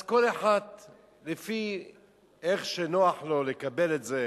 אז כל אחד לפי איך שנוח לו לקבל את זה